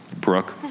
Brooke